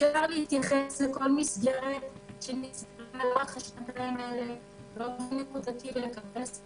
אפשר להתייחס לכל מסגרת שנסגרה לאורך השנתיים האלה --- לא שומעים.